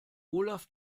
olaf